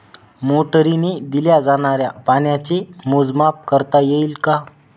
मोटरीने दिल्या जाणाऱ्या पाण्याचे मोजमाप करता येईल का?